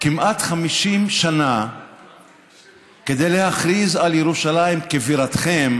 כמעט 50 שנה כדי להכריז על ירושלים כבירתכם,